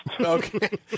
Okay